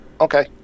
Okay